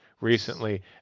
recently